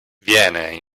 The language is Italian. viene